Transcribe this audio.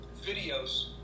videos